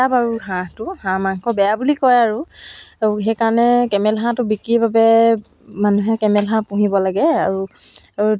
সেইকাৰণে তাৰপিছত মই চুৱেটাৰ আৰু ৰুমাল আকৌ টুপি সেইবিলাক ঊলেৰে গুঠিব পাৰিছিলোঁ